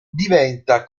diventa